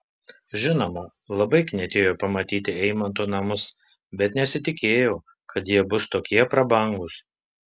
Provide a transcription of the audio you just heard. žinoma labai knietėjo pamatyti eimanto namus bet nesitikėjau kad jie bus tokie prabangūs